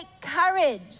courage